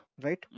right